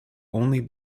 only